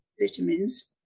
vitamins